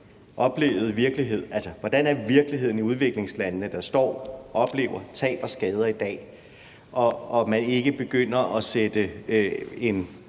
hvordan virkeligheden i udviklingslandene, der står og oplever tab og skader i dag, er. Det handler ikke om, at man begynder at sætte en